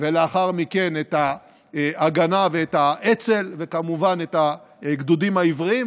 ולאחר מכן את ההגנה ואת האצ"ל וכמובן את הגדודים העבריים,